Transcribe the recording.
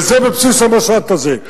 וזה בבסיס המשט הזה.